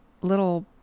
little